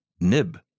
nib